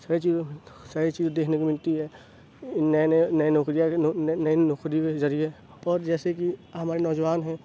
ساری چیزوں ساری چیز دیکھنے کو ملتی ہیں نئے نئے نئے نوکریاں نئے نئے نوکری ذریعے اور جیسے کہ ہمارے نوجوان ہیں